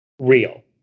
real